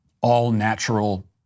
all-natural